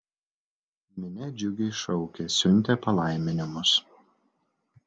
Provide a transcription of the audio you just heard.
minia džiugiai šaukė siuntė palaiminimus